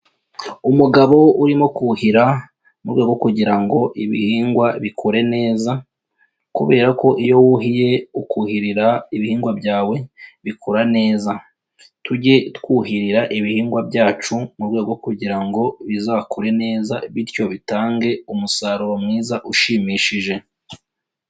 Umugabo urimo kuhira mu rwego rwo kugira ngo ibihingwa bikure neza, kubera ko iyo wuhiye ukuhirira ibihingwa byawe bikura neza, tujye twuhirira ibihingwa byacu mu rwego kugira ngo bizakure neza bityo bitange umusaruro mwiza ushimishije.